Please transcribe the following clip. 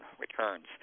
Returns